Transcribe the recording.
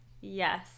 Yes